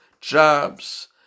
jobs